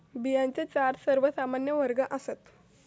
बियांचे चार सर्वमान्य वर्ग आसात